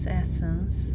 essence